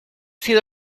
sido